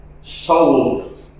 solved